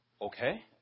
Okay